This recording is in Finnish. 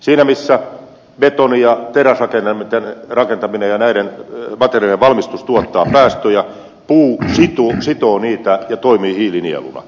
siinä missä betoni ja teräsrakentaminen ja näiden materiaalien valmistus tuottaa päästöjä puu sitoo niitä ja toimii hiilinieluna